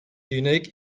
unique